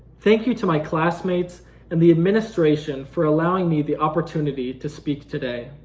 thank you to my classmates and the administration for allowing me the opportunity to speak today.